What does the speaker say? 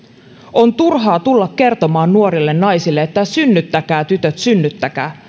on turhaa tulla kertomaan nuorille naisille että synnyttäkää tytöt synnyttäkää